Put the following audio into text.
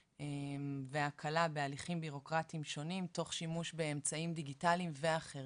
והקלה בהליכים בירוקרטיים שונים תוך שימוש באמצעים דיגיטליים ואחרים,